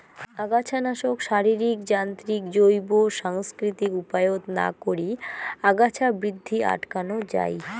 আগাছানাশক, শারীরিক, যান্ত্রিক, জৈব, সাংস্কৃতিক উপায়ত না করি আগাছা বৃদ্ধি আটকান যাই